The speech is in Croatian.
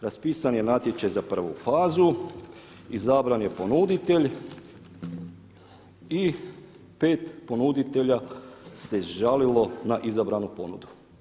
Raspisan je natječaj za prvu fazu, izabran je ponuditelj i 5 ponuditelja se žalilo na izabranu ponudu.